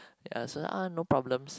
ya so ah no problems